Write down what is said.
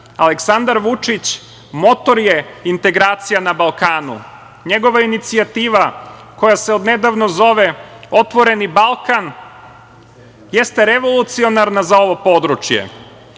građana. Aleksandar Vučić je motor integracija na Balkanu. Njegova inicijativa koja se odnedavno zove „ Otvoreni Balkan“, jeste revolucionarna za ovo područje.